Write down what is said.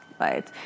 right